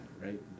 right